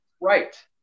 Right